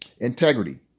Integrity